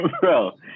bro